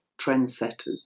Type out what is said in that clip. trendsetters